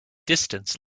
distance